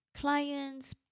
clients